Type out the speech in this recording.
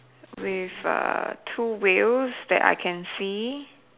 with uh two wheels that I can see